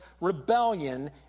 rebellion